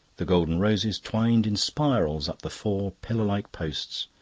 the golden roses twined in spirals up the four pillar-like posts,